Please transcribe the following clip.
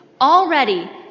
already